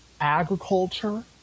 agriculture